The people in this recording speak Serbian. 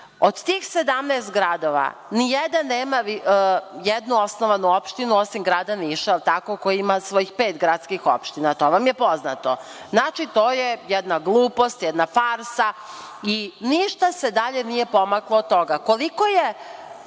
Od tih 17 gradova ni jedan nema nijednu osnovanu opštinu, osim grada Niša, koji ima svojih pet gradskih opština. To vam je poznato. Znači, to je jedna glupost, jedna farsa i ništa se dalje nije pomaklo od toga.